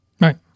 Right